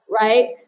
right